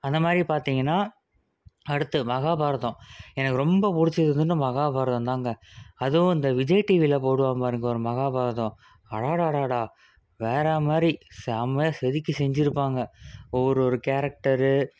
அந்த மாதிரி பார்த்தீங்கன்னா அடுத்து மகாபாரதம் எனக்கு ரொம்ப பிடிச்சது வந்துட்டு மகாபாரதம் தாங்க அதுவும் இந்த விஜய் டிவியில் போடுவான் பாருங்க ஒரு மகாபாரதம் அடாடாடாடா வேறு மாதிரி செம்மையாக செதுக்கி செஞ்சுருப்பாங்க ஒவ்வொரு ஒரு கேரக்டரு